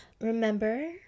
Remember